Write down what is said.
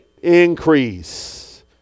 increase